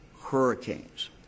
hurricanes